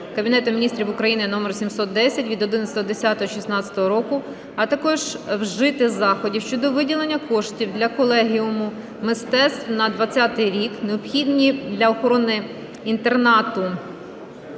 Кабінету Міністрів України №710 від 11.10.2016 року, а також вжити заходів щодо виділення коштів для Колегіуму мистецтв на 2020 рік, необхідні для охорони інтернату